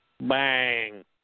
Bang